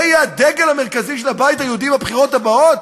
זה יהיה הדגל המרכזי של הבית היהודי בבחירות הבאות?